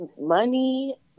money